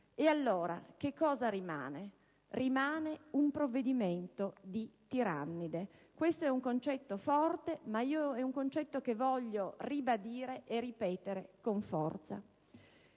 che cosa rimane? Rimane un provvedimento di tirannide. Questo è un concetto forte, che voglio ribadire e ripetere con forza.